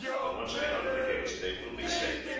when once beyond the gates they will be safe.